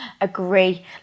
Agree